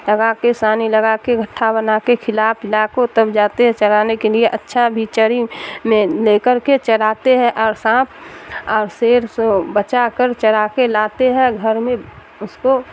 لگا کے سانی لگا کے گٹھا بنا کے کھلا پلا کے تب جاتے ہیں چرانے کے لیے اچھا بھی چرا میں لے کر کے چراتے ہیں اور سانپ اور شیر سے بچا کر چرا کے لاتے ہیں گھر میں اس کو